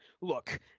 look